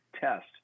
test